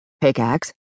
Pickaxe